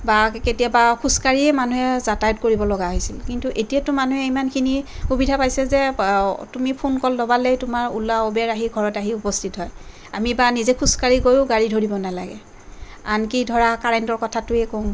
বা কেতিয়াবা খোজকাঢ়িয়ে মানুহে যাতায়াত কৰিবলগা হৈছিল কিন্তু এতিয়াতো মানুহে ইমানখিনি সুবিধা পাইছে যে তুমি ফোনকল দবালেই তোমাৰ ওলা উবেৰ আহি ঘৰত আহি উপস্থিত হয় আমি বা নিজে খোজকাঢ়ি গৈও গাড়ী ধৰিব নালাগে আনকি ধৰা কাৰেণ্টৰ কথাটোৱেই কওঁ